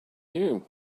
you